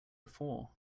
before